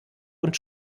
und